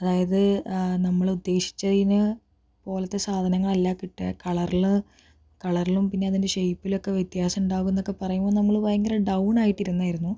അതായത് നമ്മള് ഉദ്ദേശിച്ചതിനു പോലത്തെ സാധനങ്ങളല്ല കിട്ടാ കളറില് കളറിലും പിന്നെ അതിൻ്റെ ഷെയിപ്പിലൊക്കെ വ്യത്യാസം ഉണ്ടാകും എന്നൊക്കെ പറയുമ്പോൾ നമ്മള് ഭയങ്കര ഡൗൺ ആയിട്ട് ഇരുന്നായിരുന്നു